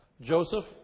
Joseph